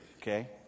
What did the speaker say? okay